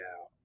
out